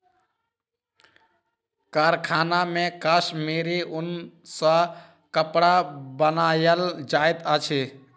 कारखाना मे कश्मीरी ऊन सॅ कपड़ा बनायल जाइत अछि